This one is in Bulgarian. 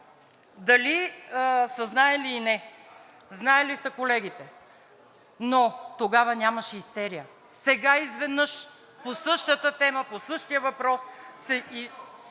Дали са знаели или не? Знаели са колегите, но тогава нямаше истерия. Сега изведнъж по същата тема, по същия въпрос…